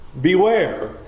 Beware